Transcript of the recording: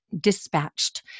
Dispatched